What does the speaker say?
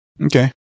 Okay